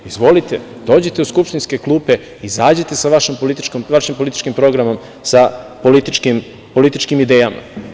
Izvolite, dođite u skupštinske klupe, izađite sa vašim političkim programom, sa političkim idejama.